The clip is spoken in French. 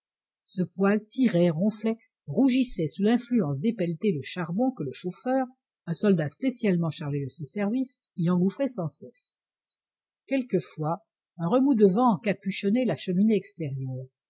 ce poêle tirait ronflait rougissait sous l'influence des pelletées de charbon que le chauffeur un soldat spécialement chargé de ce service y engouffrait sans cesse quelquefois un remous de vent encapuchonnait la cheminée